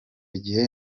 gihe